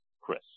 Chris